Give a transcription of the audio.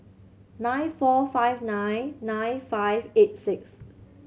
nine four five nine nine five eight six